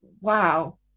wow